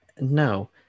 No